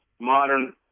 modern